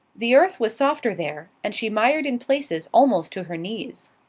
the earth was softer there, and she mired in places almost to her knees.